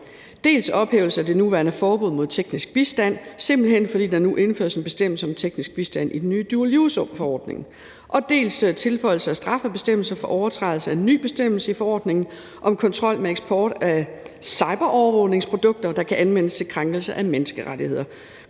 Dels ophævelse af det nuværende forbud mod teknisk bistand, simpelt hen fordi der nu indføres en bestemmelse om teknisk bistand i den nye dual use-forordning, dels tilføjelse af straffebestemmelser for overtrædelse af den nye bestemmelse i forordningen om kontrol med eksport af cyberovervågningsprodukter, der kan anvendes til krænkelse af menneskerettigheder.